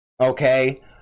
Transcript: okay